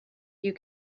you